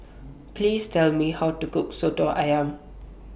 Please Tell Me How to Cook Soto Ayam